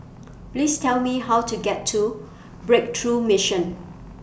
Please Tell Me How to get to Breakthrough Mission